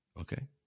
okay